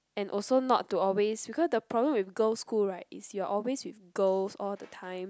and also not to always because the problem with girl's school right is you are always with girls all the time